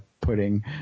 putting